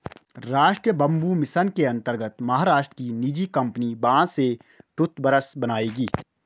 राष्ट्रीय bamboo mission के अंतर्गत महाराष्ट्र की निजी कंपनी बांस से टूथब्रश बनाएगी